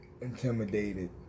intimidated